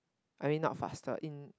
I mean not faster in